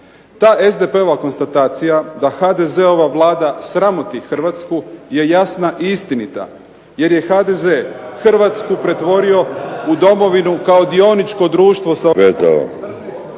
Ta SDP-ova konstatacija da HDZ-ova vlada sramoti Hrvatsku je jasna i istinita, jer je HDZ Hrvatsku pretvorio u domovinu kao dioničko društvo ili